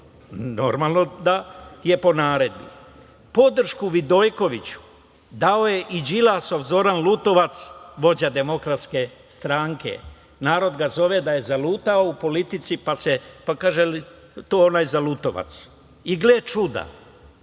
Normalno da je po naredbi. Podršku Vidojkoviću dao je i Đilasov Zoran Lutovac, vođa DS, narod ga zove da je zalutao u politici, pa kažu – to onaj zalutovac. Podršku